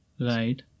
Right